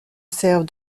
servent